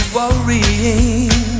worrying